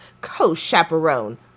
co-chaperone